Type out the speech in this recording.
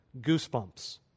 Goosebumps